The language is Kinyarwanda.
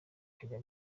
ajya